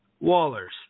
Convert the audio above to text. Wallers